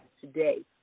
today